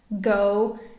go